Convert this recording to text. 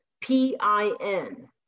P-I-N